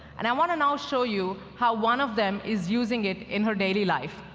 and i want to now show you how one of them is using it in her daily life.